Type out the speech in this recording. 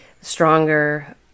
stronger